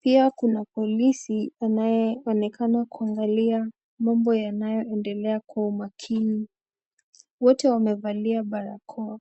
Pia kuna polisi anayeonekana kuangalia mambo inayoendelea kwa umakini ,wote wanavalia barakoa.